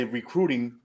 recruiting